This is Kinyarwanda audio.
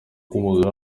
umwuga